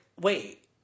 wait